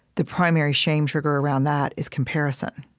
the primary shame trigger around that is comparison